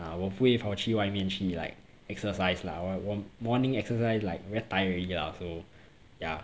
uh 我不会跑去外面去 like exercise lah 我 morning exercise like very tiring lah so ya